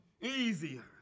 easier